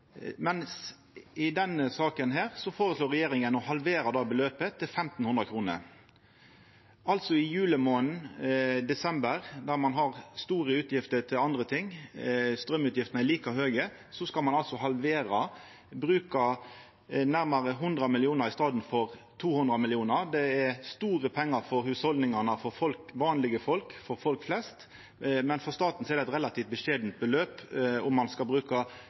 men i denne saka føreslår regjeringa å halvera det beløpet, til 1 500 kr. I julemånaden desember, når ein har store utgifter til andre ting og straumutgiftene er like høge, skal ein altså halvera, ein skal bruka kring 100 mill. kr i staden for 200 mill. kr. Det er store pengar for hushalda, vanlege folk og folk flest, men for staten er det ein relativt beskjeden sum anten ein skal bruka